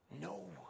No